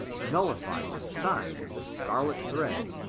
nullify the sign of the scarlet thread,